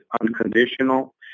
unconditional